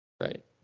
Right